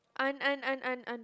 un~ un~ un~ un~ unbelievable